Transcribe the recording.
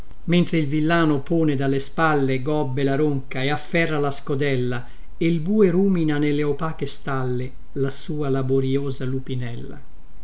mentre il villano pone dalle spalle gobbe la ronca e afferra la scodella e bue rumina nelle opache stalle la sua laborïosa lupinella